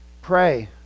Pray